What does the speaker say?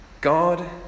God